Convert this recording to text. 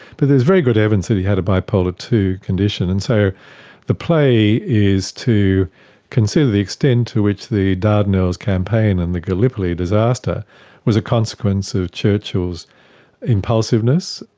but there's very good evidence that he had a bipolar ii condition. and so the play is to consider the extent to which the dardanelles campaign and the gallipoli disaster was a consequence of churchill's impulsiveness,